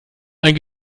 ein